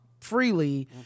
freely